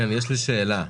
יש לי שאלה.